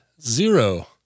zero